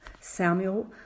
Samuel